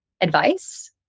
advice